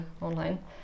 online